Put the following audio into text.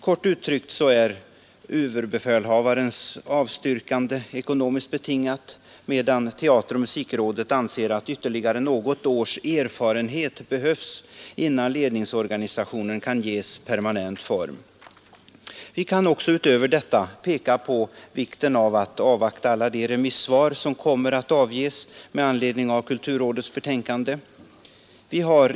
Kort uttryckt är överbefälhavarens avstyrkande ekonomiskt betingat, medan teateroch musikrådet anser att ytterligare något års erfarenhet behövs innan ledningsorganisationen kan ges permanent form. Utöver detta kan vi peka på vikten av att avvakta alla de remissvar som kommer att avges med anledning av kulturrådets betänkande.